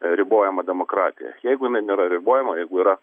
ribojama demokratija jeigu jinai nėra ribojama jeigu yra